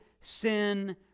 sin